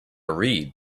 read